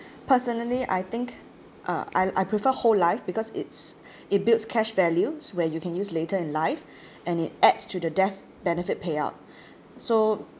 personally I think uh I I prefer whole life because it's it builds cash values where you can use later in life and it adds to the death benefit payout so